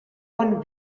one